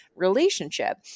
Relationship